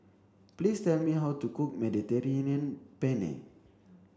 please tell me how to cook Mediterranean Penne